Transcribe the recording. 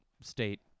State